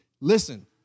listen